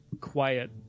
quiet